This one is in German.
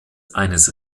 eines